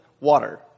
water